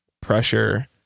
pressure